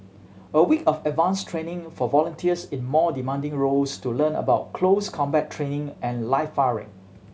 a week of advanced training for volunteers in more demanding roles to learn about close combat training and live firing